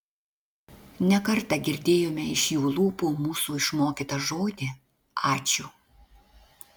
ne kartą girdėjome iš jų lūpų mūsų išmokytą žodį ačiū